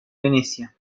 venecia